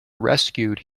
rescued